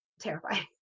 Terrifying